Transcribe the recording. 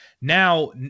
now